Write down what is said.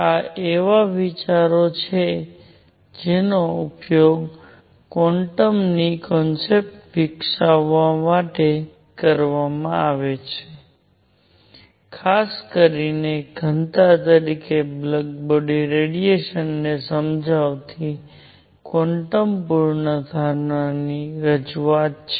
આ એવા વિચારો છે જેનો ઉપયોગ ક્વોન્ટમની કોન્સૈપ્ટ વિકસાવવા માટે કરવામાં આવશે ખાસ કરીને ઘનતા તરીકે બ્લેક બોડી રેડિયેશન ને સમજાવતી ક્વોન્ટમ પૂર્વધારણાની રજૂઆત છે